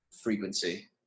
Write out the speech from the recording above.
frequency